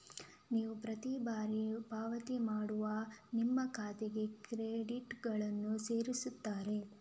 ನೀವು ಪ್ರತಿ ಬಾರಿ ಪಾವತಿ ಮಾಡುವಾಗ ನಿಮ್ಮ ಖಾತೆಗೆ ಕ್ರೆಡಿಟುಗಳನ್ನ ಸೇರಿಸ್ತಾರೆ